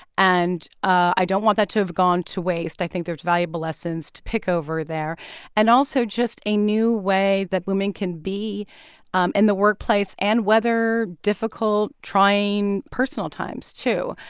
and i don't want that to have gone to waste. i think there's valuable lessons to pick over there and also just a new way that women can be in um and the workplace and weather difficult, trying personal times, too